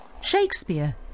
Shakespeare